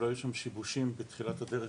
אם לא היו שם שיבושים בתחילת הדרך.